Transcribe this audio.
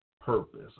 purpose